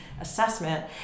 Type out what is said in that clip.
assessment